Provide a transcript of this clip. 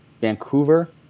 Vancouver